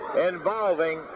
involving